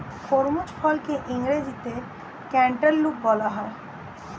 খরমুজ ফলকে ইংরেজিতে ক্যান্টালুপ বলা হয়